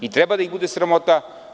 I treba da ih bude sramota.